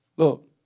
Look